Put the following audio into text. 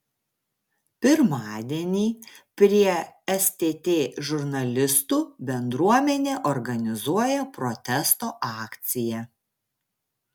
pirmadienį prie stt žurnalistų bendruomenė organizuoja protesto akciją